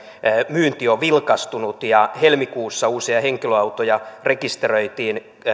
myynti on vilkastunut ja helmikuussa uusia henkilöautoja rekisteröitiin